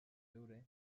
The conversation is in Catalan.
veure